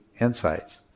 insights